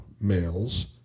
males